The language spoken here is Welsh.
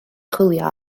chwilio